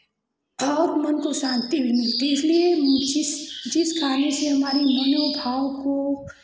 तब मन को शान्ति भी मिलती है इसलिए जिस जिस कार्य से हमारे मनोभाव को